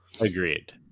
Agreed